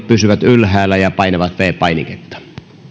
pysyvät ylhäällä ja painavat viides painiketta